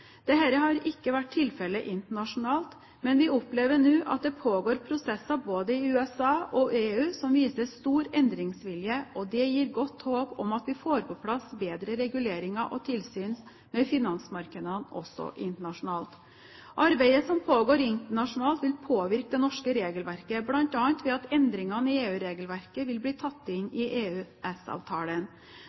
har ikke vært tilfellet internasjonalt, men vi opplever nå at det pågår prosesser både i USA og EU som viser stor endringsvilje, og det gir godt håp om at vi får på plass bedre reguleringer og tilsyn med finansmarkedene også internasjonalt. Arbeidet som pågår internasjonalt, vil påvirke det norske regelverket bl.a. ved at endringer i EU-regelverket vil bli tatt inn i